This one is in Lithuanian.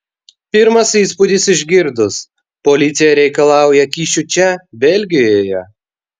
pirmas įspūdis išgirdus policija reikalauja kyšių čia belgijoje